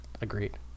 Agreed